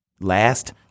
last